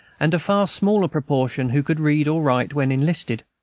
and a far smaller proportion who could read or write when enlisted.